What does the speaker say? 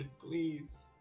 Please